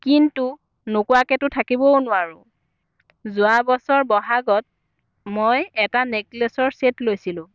কিন্তু নোকোৱাকেতো থাকিবও নোৱাৰোঁ যোৱা বছৰ বহাগত মই এটা নেকলেছৰ চেট লৈছিলোঁ